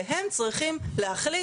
והם צריכים להחליט.